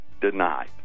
denied